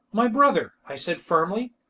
my brother, i said firmly,